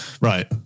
Right